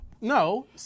No